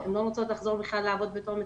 הן בכלל לא רוצות לחזור לעבוד כמטפלות.